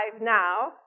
now